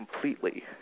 completely